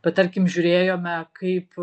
bet tarkim žiūrėjome kaip